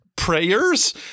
Prayers